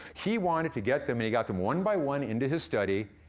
he wanted to get them, and he got them one by one into his study,